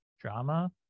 drama